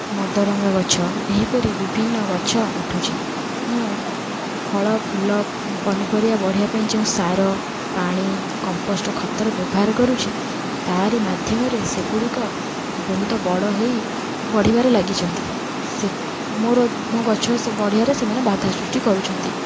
ମଦରଙ୍ଗା ଗଛ ଏହିପରି ବିଭିନ୍ନ ଗଛ ଉଠୁଛି ମୁଁ ଫଳ ଫୁଲ ଫ ପନିପରିବା ବଢ଼ିବା ପାଇଁ ଯେଉଁ ସାର ପାଣି କମ୍ପୋଷ୍ଟ୍ ଖତର ବ୍ୟବହାର କରୁଛି ତାରି ମାଧ୍ୟମରେ ସେଗୁଡ଼ିକ ବହୁତ ବଡ଼ ହେଇ ବଢ଼ିବାରେ ଲାଗିଛନ୍ତି ସେ ମୋର ମୋ ଗଛ ସେ ବଢ଼ିବାରେ ସେମାନେ ବାଧା ସୃଷ୍ଟି କରୁଛନ୍ତି